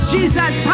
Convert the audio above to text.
Jesus